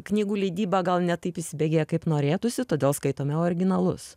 knygų leidyba gal ne taip įsibėgėja kaip norėtųsi todėl skaitome originalus